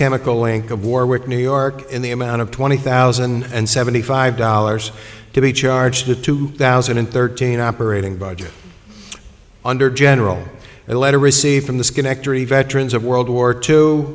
chemical link of warwick new york in the amount of twenty thousand and seventy five dollars to be charged the two thousand and thirteen operating budget under general that letter received from the schenectady veterans of world war two